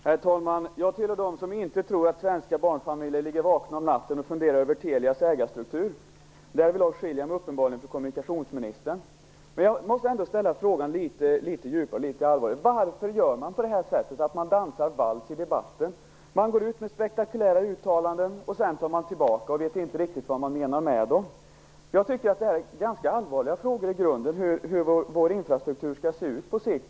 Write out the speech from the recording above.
Herr talman! Jag tillhör dem som inte tror att svenska barnfamiljer ligger vakna om natten och funderar över Telias ägarstruktur. Därvidlag skiljer jag mig uppenbarligen från kommunikationsministern. Jag måste ändå ställa frågan litet djupare och litet allvarligare. Varför dansar man vals i debatten? Man går ut med spektakulära uttalanden, och sedan tar man tillbaka dem och vet inte riktigt vad man menar med dem. Jag tycker att det är ganska allvarliga frågor i grunden. Det gäller hur vår infrastruktur skall se ut på sikt.